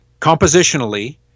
Compositionally